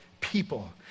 people